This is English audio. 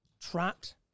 trapped